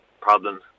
problems